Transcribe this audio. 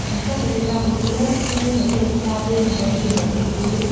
នៅក្នុងប្រទេសកម្ពុជាមានប្រភេទផ្លែព្រីងចំនួន ពីរប្រភេទ គឺ